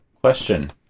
question